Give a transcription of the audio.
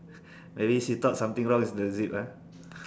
maybe she thought something wrong with the zip ah